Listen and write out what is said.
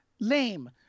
Lame